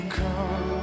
come